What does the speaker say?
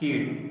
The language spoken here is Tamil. கீழ்